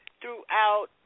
throughout